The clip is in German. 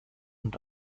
und